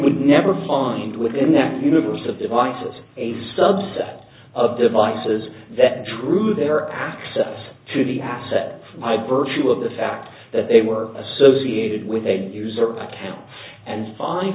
would never find within that universe of devices a subset of devices that drew their access to the asset i birju of the fact that they were associated with a user account and fi